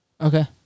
Okay